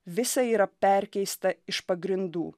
visa yra perkeista iš pagrindų